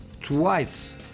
twice